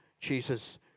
Jesus